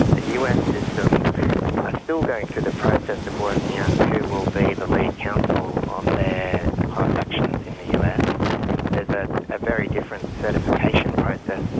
the us system ah still going through the process of working out who will be the lead counsel on their class actions in the us. there is ah a very different certification process,